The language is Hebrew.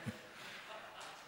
רגע, רגע.